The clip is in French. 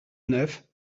neuf